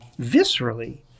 viscerally